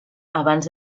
abans